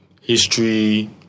history